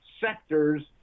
sectors